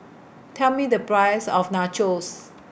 Tell Me The Price of Nachos